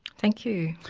thank you.